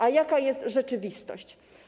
A jaka jest rzeczywistość?